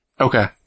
Okay